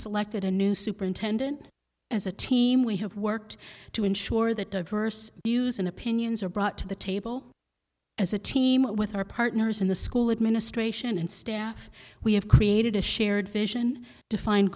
selected a new superintendent as a team we have worked to ensure that diverse views and opinions are brought to the table as a team with our partners in the school administration and staff we have created a shared vision defined